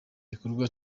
gikorwa